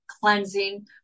cleansing